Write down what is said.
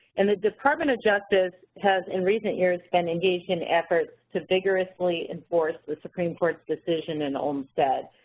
and the department of justice has, in recent years, been engaged in efforts to vigorously enforce the supreme court's decision in olmstead.